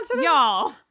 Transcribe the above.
Y'all